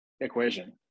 equation